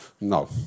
No